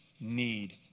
need